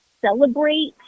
celebrate